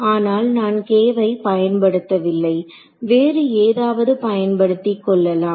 அதனால் நான் k வை பயன்படுத்தவில்லை வேறு ஏதாவது பயன்படுத்திக் கொள்ளலாம்